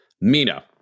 Mina